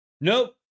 Nope